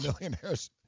millionaires